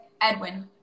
Edwin